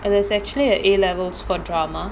there's actually a A levels for drama